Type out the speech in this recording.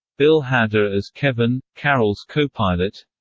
bill hader as kevin, carol's co-pilot